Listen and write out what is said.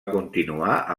continuar